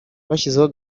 bashyizeho